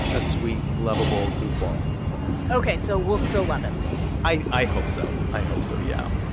a sweet, lovable goofball ok, so we'll still love him i i hope so. i hope so, yeah